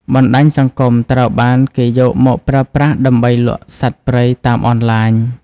បណ្តាញសង្គមត្រូវបានគេយកមកប្រើប្រាស់ដើម្បីលក់សត្វព្រៃតាមអនឡាញ។